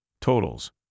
totals